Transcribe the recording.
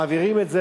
מעבירים את זה.